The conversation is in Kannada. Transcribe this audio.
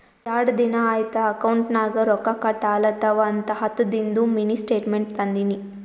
ಯಾಡ್ ದಿನಾ ಐಯ್ತ್ ಅಕೌಂಟ್ ನಾಗ್ ರೊಕ್ಕಾ ಕಟ್ ಆಲತವ್ ಅಂತ ಹತ್ತದಿಂದು ಮಿನಿ ಸ್ಟೇಟ್ಮೆಂಟ್ ತಂದಿನಿ